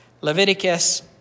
Leviticus